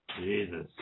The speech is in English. Jesus